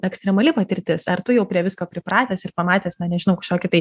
ekstremali patirtis ar tu jau prie visko pripratęs ir pamatęs na nežinau kažkokį tai